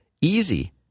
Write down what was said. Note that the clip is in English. easy